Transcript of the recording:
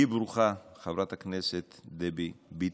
היי ברוכה, חברת הכנסת דבי ביטון.